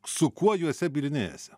su kuo juose bylinėjasi